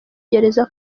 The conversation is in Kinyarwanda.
gereza